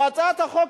בהצעת החוק,